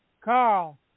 Carl